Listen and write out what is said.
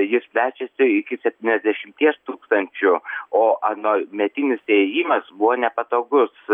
jis plečiasi iki septyniasdešimties tūkstančių o anuometinis įėjimas buvo nepatogus